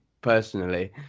personally